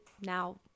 now